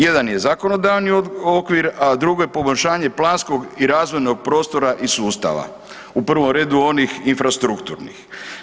Jedan je zakonodavni okvir, a drugo je poboljšanje planskog i razvojnog prostora i sustava u prvom redu onih infrastrukturnih.